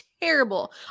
Terrible